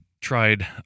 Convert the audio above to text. tried